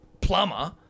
plumber